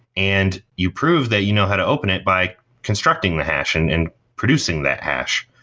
and you prove that you know how to open it by constructing the hash and and producing that hash,